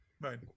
right